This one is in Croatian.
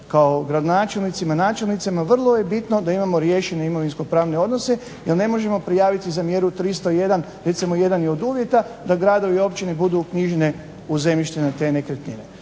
kao gradonačelnicima i načelnicima vrlo je bitno da imamo riješene imovinsko-pravne odnose jer ne možemo prijaviti se za mjeru 301, recimo jedan je od uvjeta da gradovi i općine budu uknjižene u zemljišne na te nekretnine.